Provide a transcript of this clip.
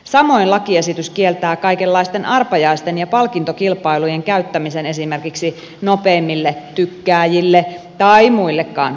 samoin lakiesitys kieltää kaikenlaisten arpajaisten ja palkintokilpailujen käyttämisen esimerkiksi nopeimmille tykkääjille tai muillekaan osallistujille